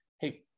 hey